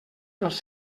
dels